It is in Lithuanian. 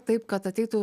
taip kad ateitų